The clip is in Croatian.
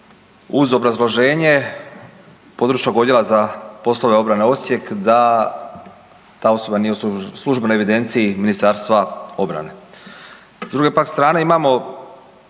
uz obrazloženje područnog odjela za poslove obrane Osijek da ta osoba nije u službenoj evidenciji Ministarstva obrane. S druge pak strane imamo